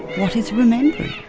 what is remembering?